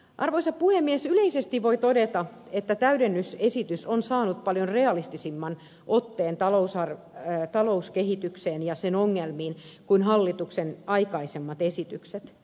arvoisa puhemies yleisesti voi todeta että täydennysesitys on saanut paljon realistisemman otteen talouskehitykseen ja sen ongelmiin kuin hallituksen aikaisemmat esitykset